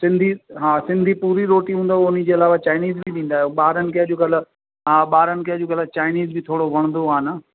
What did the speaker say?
सिंधी हा सिंधी पूरी रोटी हूंदव हुनजे अलावा चाइनीज़ बि ॾींदा आहियो ॿारनि खे अॼुकल्ह हा ॿारनि खे अॼुकल्ह चाइनीज़ बि थोरो वणंदो आहे न